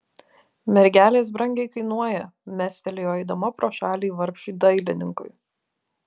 mergelės brangiai kainuoja mestelėjo eidama pro šalį vargšui dailininkui